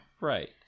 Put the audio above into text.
Right